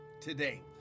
today